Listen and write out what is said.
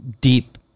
deep